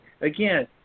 again